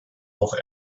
auch